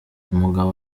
umugabo